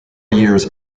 years